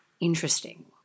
interesting